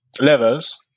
levels